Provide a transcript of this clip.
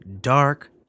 dark